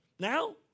Now